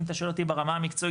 אם אתה שואל אותי ברמה המקצועית,